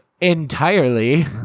entirely